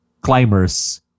climbers